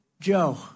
Joe